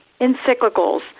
encyclicals